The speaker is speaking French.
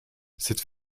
cette